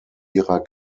ihrer